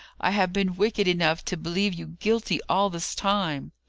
i have been wicked enough to believe you guilty all this time!